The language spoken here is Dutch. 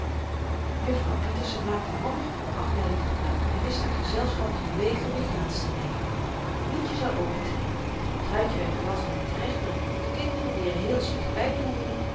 juffrouw pieterse maakte handig van die afleiding gebruik en wist haar gezelschap te bewegen weer plaats te nemen myntje zou opentrekken truitje werd belast met het terechtbrengen van de kinderen die er heel slecht by